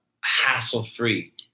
hassle-free